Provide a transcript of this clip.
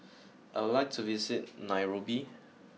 I would like to visit Nairobi